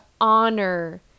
honor